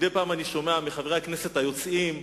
מדי פעם אני שומע מחברי הכנסת היוצאים: